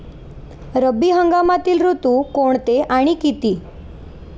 रब्बी हंगामातील ऋतू कोणते आणि किती?